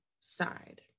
side